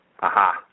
Aha